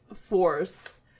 force